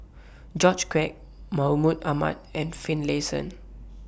George Quek Mahmud Ahmad and Finlayson